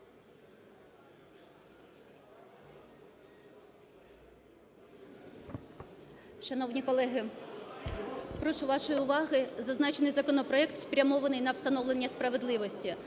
Шановні колеги, прошу вашої уваги! Зазначений законопроект спрямований на встановлення справедливості,